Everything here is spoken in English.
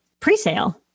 presale